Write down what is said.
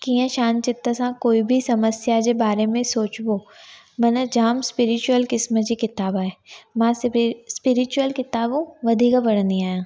कीअं शांति चित सां कोई बि समस्या जे बारे में सोचिबो मनु जाम स्पिरिचुअल क़िस्म जी किताबु आहे मां स्पि स्पिरिचुअल किताबूं वधीक पढ़ंदी आहियां